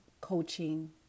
coaching